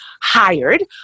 hired